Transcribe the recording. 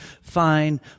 fine